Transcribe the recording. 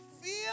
feel